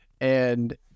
and-